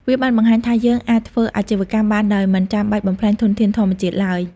វាបានបង្ហាញថាយើងអាចធ្វើអាជីវកម្មបានដោយមិនចាំបាច់បំផ្លាញធនធានធម្មជាតិឡើយ។